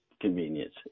convenience